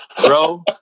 bro